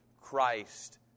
Christ